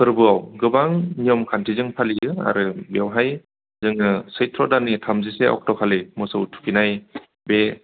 फोरबोआव गोबां नियम खान्थिजों फालियो आरो बेयावहाय जोङो सैथ्र' दाननि थामजिसे अक्ट' खालि मोसौ थुखैनाय बे